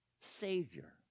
Savior